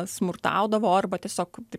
smurtaudavo arba tiesiog